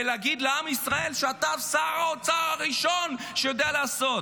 ולהגיד לעם ישראל שאתה שר האוצר הראשון שיודע לעשות.